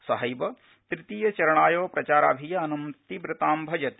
सहैव तृतीयचरणाय प्रचाराभियानं तीव्रतां भजते